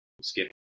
skip